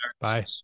Bye